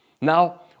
Now